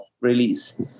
release